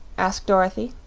asked dorothy.